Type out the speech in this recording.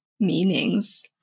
meanings